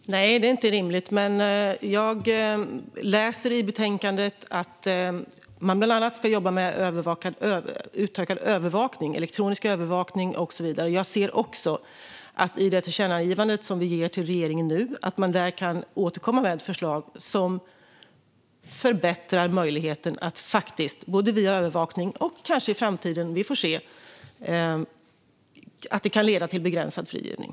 Herr talman! Nej, det är inte rimligt. Men jag läser i betänkandet att man bland annat ska jobba med utökad övervakning, elektronisk övervakning och så vidare. Jag ser också att man i och med det tillkännagivande som vi nu ger till regeringen kan återkomma med förslag som förbättrar möjligheten till övervakning och som kanske i framtiden - vi får se - kan leda till begränsad frigivning.